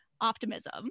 optimism